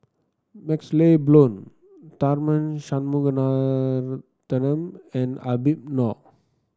MaxLe Blond Tharman Shanmugaratnam and Habib Noh